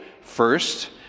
first